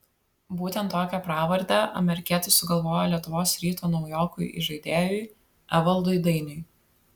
būtent tokią pravardę amerikietis sugalvojo lietuvos ryto naujokui įžaidėjui evaldui dainiui